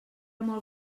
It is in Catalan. molt